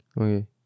Okay